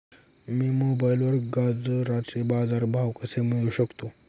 मी मोबाईलवर गाजराचे बाजार भाव कसे मिळवू शकतो?